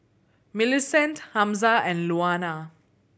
Millicent Hamza and Louanna